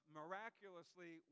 miraculously